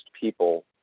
people